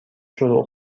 شروع